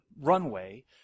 runway